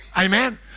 Amen